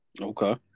Okay